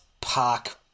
park